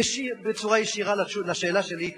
בצורה ישירה בתשובה על שאלה שלי.